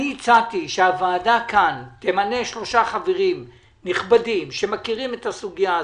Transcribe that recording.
הצעתי שהוועדה כאן תמנה שלושה חברים נכבדים שמכירים את הסוגיה הזאת.